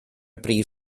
brif